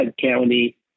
County